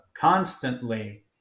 constantly